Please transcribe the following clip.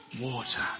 water